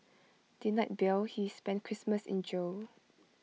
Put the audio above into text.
denied bail he spent Christmas in jail